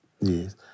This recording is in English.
Yes